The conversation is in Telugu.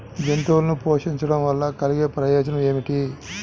జంతువులను పోషించడం వల్ల కలిగే ప్రయోజనం ఏమిటీ?